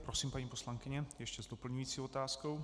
Prosím, paní poslankyně, ještě s doplňující otázkou.